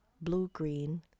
blue-green